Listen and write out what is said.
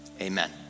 Amen